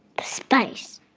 space.